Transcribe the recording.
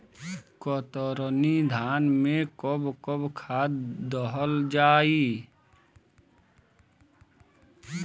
कतरनी धान में कब कब खाद दहल जाई?